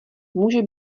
může